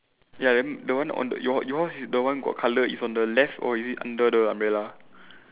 ya then the one on the your yours is the one got colour is on the left or is it under the umbrella